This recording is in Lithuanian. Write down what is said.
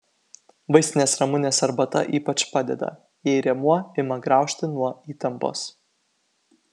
vaistinės ramunės arbata ypač padeda jei rėmuo ima graužti nuo įtampos